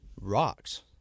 rocks